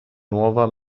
nuova